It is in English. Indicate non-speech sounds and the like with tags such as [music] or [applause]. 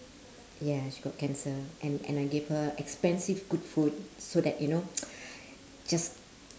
ya she got cancer and and I gave her expensive good food so that you know [noise] just